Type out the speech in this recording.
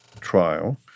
trial—